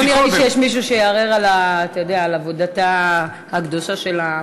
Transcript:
לא נראה לי שיש מישהו שיערער על עבודתה הקדושה של העמותה.